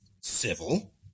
civil